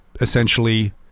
essentially